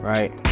Right